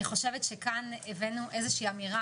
אני חושבת שכאן הבאנו איזושהי אמירה